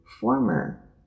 former